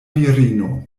virino